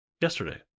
yesterday